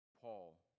Paul